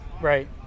right